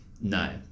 No